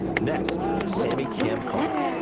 next, sammy kamkar,